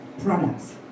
products